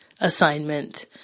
assignment